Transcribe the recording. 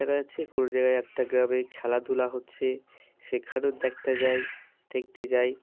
দেখা যাচ্ছে কোনো জায়গায় একটা গ্রামে খেলাধুলা হচ্চে সেখানেও দ্যাকতে যাই দেখতে যাই